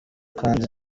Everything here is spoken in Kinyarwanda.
kandi